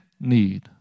need